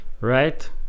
right